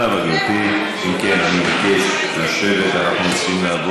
אני רוצה רק להגיד